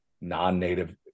non-native